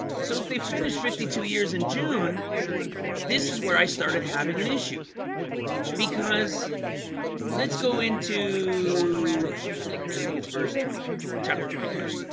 so if they finish fifty two years in june this is where i started having an issue because let's go into i think it's verse twenty five chapter twenty five